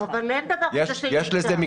אבל אין דבר כזה שאי אפשר,